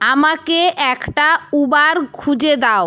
আমাকে একটা উবার খুঁজে দাও